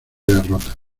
derrota